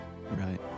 Right